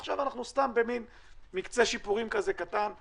עכשיו אנחנו סתם במקצה שיפורים קטן כזה,